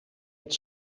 het